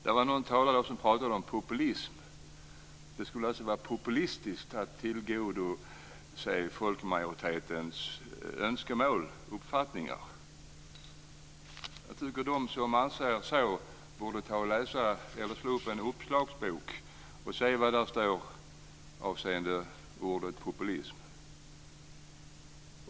Det var någon talare som pratade om populism. Det skulle vara populistiskt att tillgodose folkmajoritetens önskemål och uppfattningar. Jag tycker att de som anser så borde slå upp en uppslagsbok och se vad som står där om ordet populism.